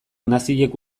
naziek